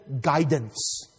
guidance